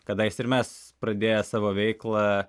kadais ir mes pradėję savo veiklą